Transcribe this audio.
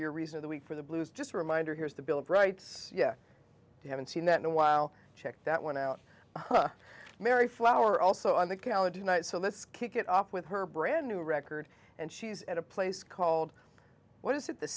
your reason of the week for the blues just a reminder here is the bill of rights yeah i haven't seen that in a while check that one out mary flower also on the calendar tonight so let's kick it off with her brand new record and she's at a place called what is it the